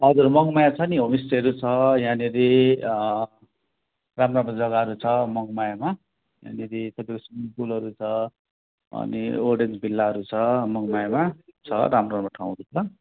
हजुर मङमाया छ नि होमस्टेहरू छ यहाँनिर राम्रो राम्रो जग्गाहरू छ मङमायामा त्यहाँनिर तपाईँको स्विमिङ पुलहरू छ अनि ओरेन्ज भिल्लाहरू छ मङमायामा छ राम्रो राम्रो ठाउँहरू छ